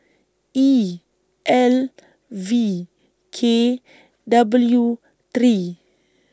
E L V K W three